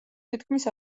თითქმის